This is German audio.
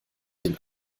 den